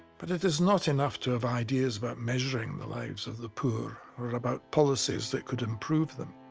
but it is not enough to have ideas about measuring the lives of the poor, or about policies that could improve them.